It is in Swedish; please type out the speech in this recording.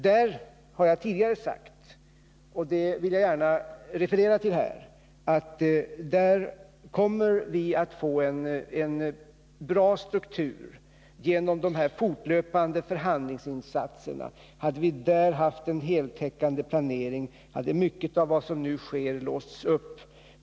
Jag har tidigare sagt — och det vill jag gärna referera till här — att vi kommer att få en bra struktur när det gäller skogsindustrin genom de fortlöpande förhandlingsinsatser som gjorts. Hade vi där haft en heltäckande planering, skulle mycket av vad som nu sker ha bundits upp.